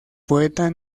poeta